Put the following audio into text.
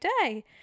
day